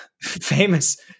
famous